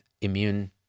immune